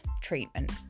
treatment